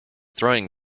throwing